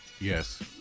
Yes